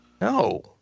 No